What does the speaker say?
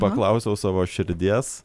paklausiau savo širdies